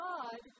God